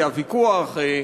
היה ויכוח,